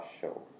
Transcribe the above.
show